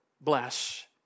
bless